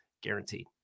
guaranteed